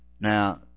Now